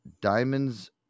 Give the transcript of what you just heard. Diamonds